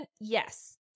yes